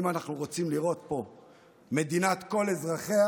הוא אם אנחנו רוצים לראות פה מדינת כל אזרחיה